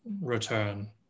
return